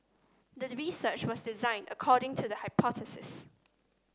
the research was designed according to the hypothesis